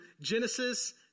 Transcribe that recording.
Genesis